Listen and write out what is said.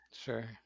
Sure